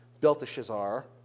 Belteshazzar